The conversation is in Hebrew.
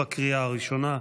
לקריאה הראשונה.